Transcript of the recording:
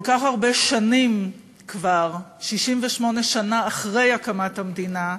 כל כך הרבה שנים כבר, 68 שנה אחרי הקמת המדינה,